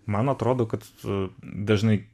man atrodo kad a dažnai